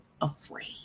afraid